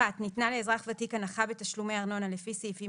ניתנה לאזרח ותיק הנחה בתשלומי ארנונה לפי סעיפים